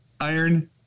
Iron